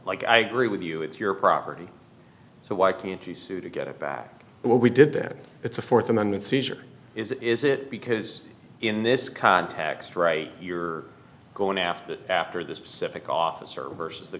like i agree with you it's your property so why can't you sue to get it back what we did then it's a th amendment seizure is it is it because in this context right you're going after after this specific officer versus the